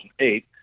2008